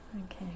Okay